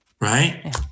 right